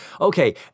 okay